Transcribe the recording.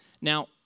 Now